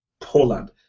Poland